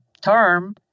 term